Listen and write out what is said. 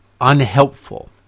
unhelpful